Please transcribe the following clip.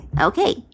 Okay